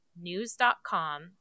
News.com